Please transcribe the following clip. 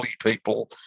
people